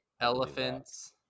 Elephants